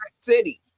City